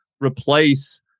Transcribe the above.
replace